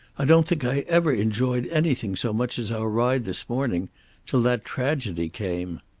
i don't think i ever enjoyed anything so much as our ride this morning till that tragedy came.